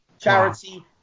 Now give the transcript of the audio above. Charity